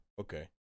Okay